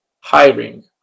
hiring